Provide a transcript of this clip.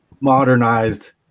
modernized